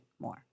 more